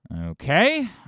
Okay